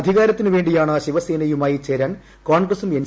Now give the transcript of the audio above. അധികാരത്തിന് വേണ്ടിയാണ് ശിവസേനയുമായി ചേരാൻ കോൺഗ്രസും എൻ